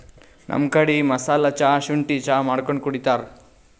ನಮ್ ಕಡಿ ಮಸಾಲಾ ಚಾ, ಶುಂಠಿ ಚಾ ಮಾಡ್ಕೊಂಡ್ ಕುಡಿತಾರ್